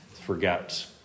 Forget